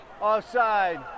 Offside